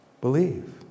believe